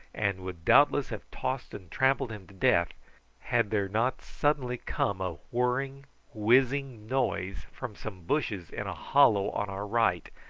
and would doubtless have tossed and trampled him to death had there not suddenly come a whirring whizzing noise from some bushes in a hollow on our right,